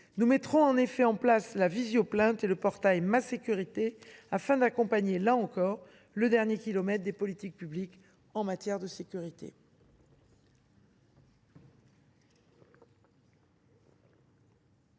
nous mettrons en effet en place la visioplainte et le portail Ma sécurité, afin d’accompagner, là encore, le dernier kilomètre des politiques publiques en matière de sécurité.